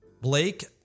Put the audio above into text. Blake